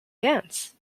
dance